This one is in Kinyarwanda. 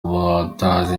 batazi